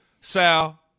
Sal